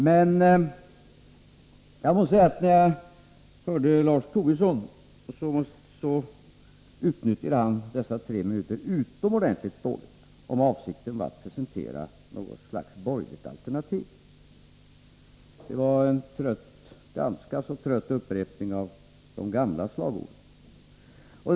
Men när jag hörde Lars Tobisson, tyckte jag att han utnyttjade sina tre minuter utomordentligt dåligt, om avsikten var att presentera något slags borgerligt alternativ. Det var en ganska trött upprepning av de gamla slagorden.